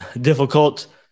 difficult